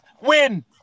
Win